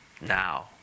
Now